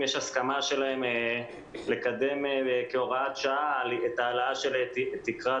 יש הסכמה שלהם לקדם כהוראת שעה את ההעלאה של תקרת